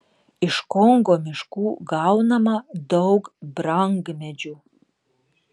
iš kongo miškų gaunama daug brangmedžių